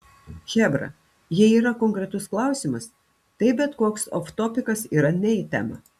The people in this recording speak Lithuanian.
chebra jei yra konkretus klausimas tai bet koks oftopikas yra ne į temą